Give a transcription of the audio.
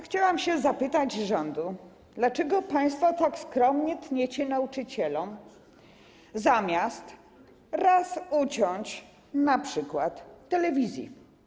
Chciałam zapytać rząd, dlaczego państwo tak skromnie tniecie nauczycielom, zamiast raz uciąć np. telewizji.